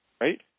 Right